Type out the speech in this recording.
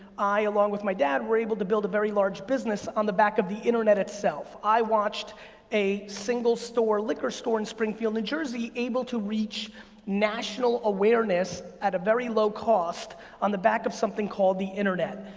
i along with my dad were able to build a very large business on the back of the internet itself. i watched a single store liquor store in springfield, new jersey able to reach national awareness at a very low cost on the back of something called the internet.